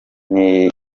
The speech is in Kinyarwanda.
ritari